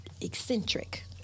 eccentric